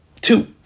Two